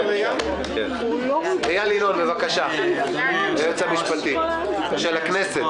איל יינון היועץ המשפטי של הכנסת